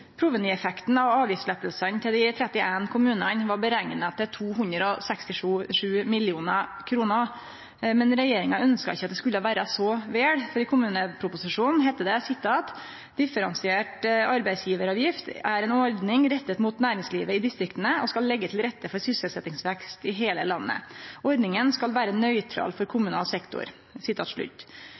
Provenyeffekten av avgiftslettane til dei 31 kommunane var berekna til 267 mill. kr. Men regjeringa ønskte ikkje at det skulle vere så vel, for i kommuneproposisjonen heiter det: «Differensiert arbeidsgiveravgift er en ordning rettet mot næringslivet i distriktene og skal legge til rette for sysselsettingsvekst i hele landet. Ordningen skal være nøytral for kommunal sektor.»